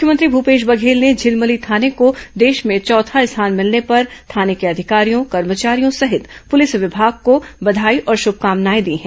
मुख्यमंत्री भूपेश बधेल ने झिलमिली थाने को देश में चौथा स्थान मिलने पर र थाने के अधिकारियों कर्मचारियों सहित पुलिस विभाग को बधाई और श्रभकामनाएं दी हैं